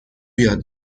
یاد